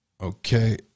Okay